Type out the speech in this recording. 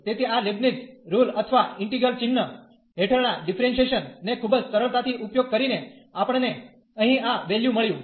તેથી આ Leibniz rule અથવા ઈન્ટિગ્રલ ચિન્હ હેઠળના ડીફરેન્શીયેશન ને ખૂબ જ સરળતાથી ઉપયોગ કરીને આપણ ને અહીં આ વેલ્યુ મળ્યું